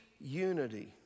unity